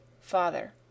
FATHER